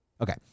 Okay